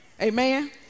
Amen